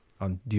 on